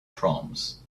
proms